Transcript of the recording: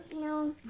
No